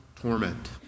torment